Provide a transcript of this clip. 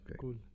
Cool